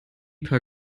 paar